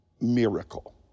miracle